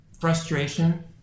Frustration